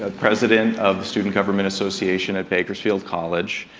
ah president of the student government association at bakersfield college.